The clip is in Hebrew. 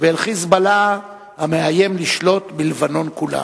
ואל "חיזבאללה", המאיים לשלוט בלבנון כולה.